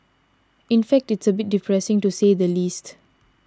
in fact it's a bit depressing to say the least